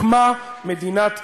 הוקמה מדינת ישראל,